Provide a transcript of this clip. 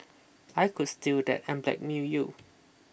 I could steal that and blackmail you